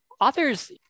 authors